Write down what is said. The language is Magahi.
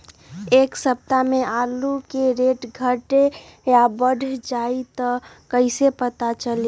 एक सप्ताह मे आलू के रेट घट ये बढ़ जतई त कईसे पता चली?